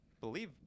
believe